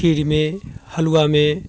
खीरमे हलुआमे